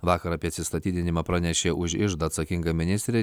vakar apie atsistatydinimą pranešė už iždą atsakinga ministrė